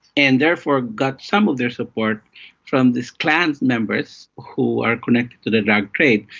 and therefore got some of their support from these clan members who were connected to the drug trade.